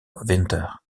winter